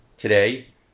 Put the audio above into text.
Today